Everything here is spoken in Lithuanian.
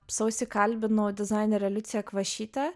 sausį kalbinu dizainerę liuciją kvašytę